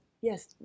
Yes